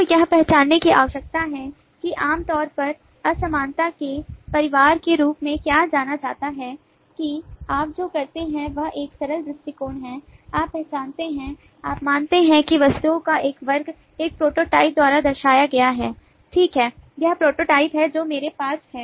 तो यह पहचानने की आवश्यकता है कि आम तौर पर समानता के परिवार के रूप में क्या जाना जाता है कि आप जो करते हैं वह एक सरल दृष्टिकोण है आप पहचानते हैं आप मानते हैं कि वस्तुओं का एक वर्ग एक प्रोटोटाइप द्वारा दर्शाया गया है ठीक है यह प्रोटोटाइप है जो मेरे पास है